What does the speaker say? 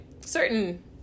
Certain